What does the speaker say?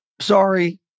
Sorry